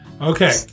Okay